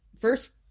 first